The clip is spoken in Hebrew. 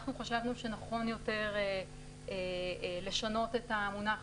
אנחנו חשבנו שנכון יותר לשנות את המונח